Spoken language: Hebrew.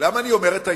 למה אני אומר את זה?